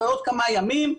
בעוד כמה ימים,